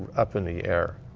up in the air,